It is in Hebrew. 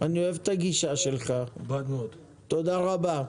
אני אוהב את הגישה שלך, תודה רבה.